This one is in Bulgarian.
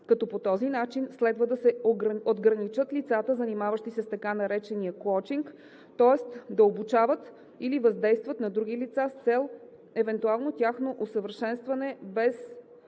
като по този начин следва да се отграничат лицата, занимаващи се с така наречения коучинг, тоест да обучават или въздействат на други лица с цел евентуално тяхно усъвършенстване,